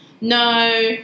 No